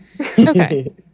Okay